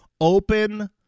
open